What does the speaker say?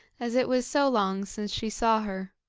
as it was so long since she saw her.